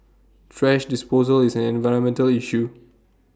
thrash disposal is an environmental issue